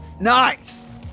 Nice